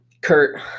Kurt